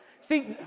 See